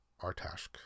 Artashk